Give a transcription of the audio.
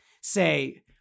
say